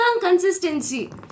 consistency